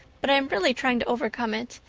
but i am really trying to overcome it,